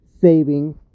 saving